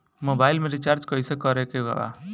Mobile में recharge कइसे करे के बा?